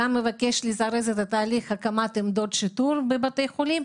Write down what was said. גם אבקש לזרז את תהליך הקמת עמדות שיטור בבתי חולים,